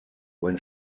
when